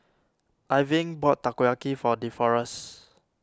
Irving bought Takoyaki for Deforest